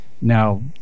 Now